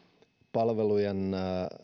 palvelujen